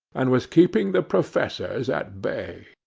and was keeping the professors at bay.